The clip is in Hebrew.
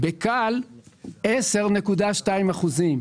ב-כאל הריבית הממוצעת היא 10.2 אחוזים.